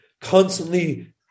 constantly